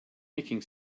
nicking